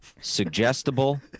suggestible